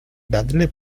dadle